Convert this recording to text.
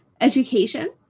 education